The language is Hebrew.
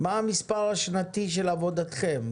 מה ההיקף השנתי של עבודתכם?